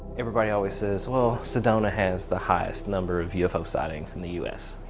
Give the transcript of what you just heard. everybody always says well sedona has the highest number of ufo sightings in the u s.